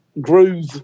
groove